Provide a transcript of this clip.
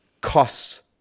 costs